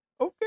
okay